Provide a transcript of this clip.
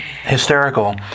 hysterical